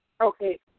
okay